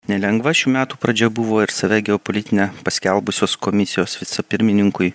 nelengva šių metų pradžia buvo ir save geopolitine paskelbusios komisijos vicepirmininkui